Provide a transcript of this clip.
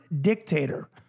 dictator